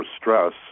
stress